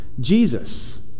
Jesus